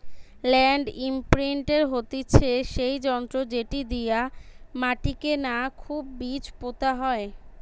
land ইমপ্রিন্টের হতিছে সেই যন্ত্র যেটি দিয়া মাটিকে না খুবই বীজ পোতা হয়